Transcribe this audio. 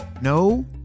No